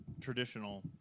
traditional